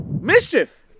Mischief